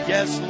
Yes